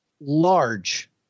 large